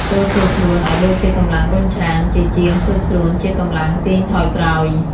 ចូរធ្វើខ្លួនឱ្យដូចជាកម្លាំងរុញច្រាន ជាជាងធ្វើខ្លួនជាកម្លាំងទាញថយក្រោយ។